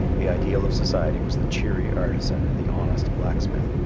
the ideal of society was the cheery artisan and the honest blacksmith,